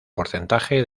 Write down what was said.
porcentaje